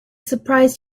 surprised